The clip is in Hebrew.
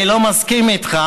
אני לא מסכים איתך,